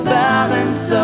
balance